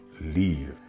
leave